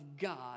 God